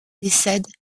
décède